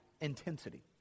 intensity